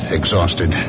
exhausted